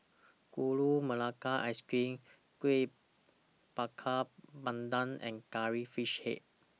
Gula Melaka Ice Cream Kueh Bakar Pandan and Curry Fish Head